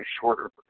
shorter